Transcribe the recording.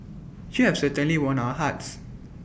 you have certainly won our hearts